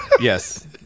Yes